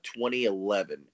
2011